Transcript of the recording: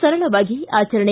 ಸರಳವಾಗಿ ಆಚರಣೆ